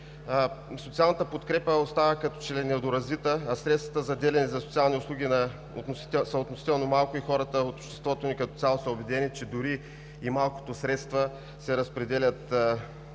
социалната подкрепа остава като че ли недоразвита, а средствата, заделяни за социални услуги, са относително малко и хората от обществото ни като цяло са убедени, че дори и малкото средства се разпределят